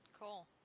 Cool